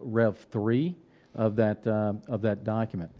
rev three of that of that document.